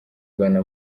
rwanda